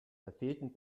verfehlten